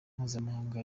mpuzamahanga